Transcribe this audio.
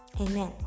amen